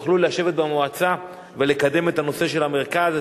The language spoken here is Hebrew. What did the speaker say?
שיוכלו לשבת במועצה ולקדם את הנושא של המרכז,